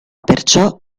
perciò